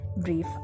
brief